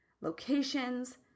Locations